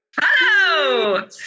Hello